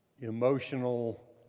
emotional